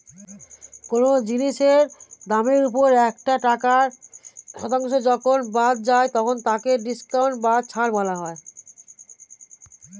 কোন জিনিসের দামের ওপর একটা টাকার শতাংশ যখন বাদ যায় তখন তাকে ডিসকাউন্ট বা ছাড় বলা হয়